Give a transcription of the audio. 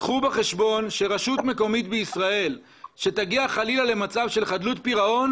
קחו בחשבון שרשות מקומית בישראל שתגיע חלילה למצב של חדלות פירעון,